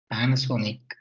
Panasonic